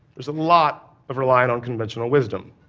there's a lot of relying on conventional wisdom.